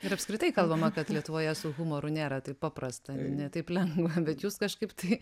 ir apskritai kalbama kad lietuvoje su humoru nėra taip paprasta ne taip lengva bet jūs kažkaip tai